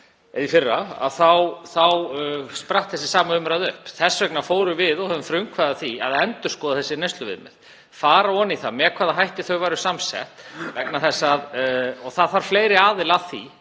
birt í fyrra þá spratt þessi sama umræða upp. Þess vegna höfðum við frumkvæði að því að endurskoða þessi neysluviðmið, fara ofan í það með hvaða hætti þau væru samsett og það þarf fleiri aðila að því.